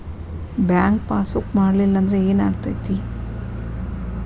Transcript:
Bank passbook ಮಾಡಲಿಲ್ಲ ಅಂದ್ರೆ ಏನ್ ಆಗ್ತೈತಿ?